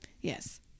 yes